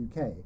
UK